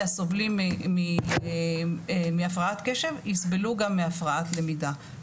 הסובלים מהפרעת קשב יסבלו גם מהפרעת למידה,